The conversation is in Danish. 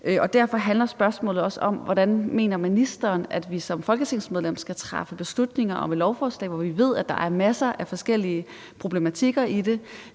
Derfor handler spørgsmålet også om, hvordan ministeren mener, at vi som folketingsmedlemmer skal træffe beslutninger om et lovforslag, hvor vi ved, at der er masser af forskellige problematikker i det,